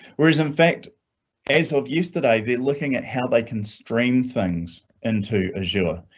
where is in fact as of yesterday, they're looking at how they can stream things into azure,